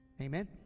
Amen